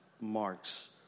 marks